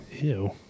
Ew